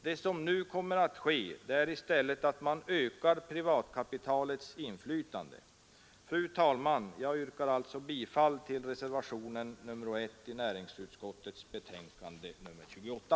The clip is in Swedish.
Det som nu sker är i stället att man ökar privatkapitalets inflytande. Fru talman! Jag yrkar bifall till reservationen 1 i näringsutskottets betänkande nr 28.